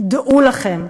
דעו לכם,